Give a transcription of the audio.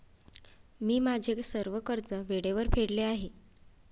मी माझे सर्व कर्ज वेळेवर फेडले आहे